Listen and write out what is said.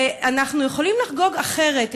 אנחנו יכולים לחגוג אחרת,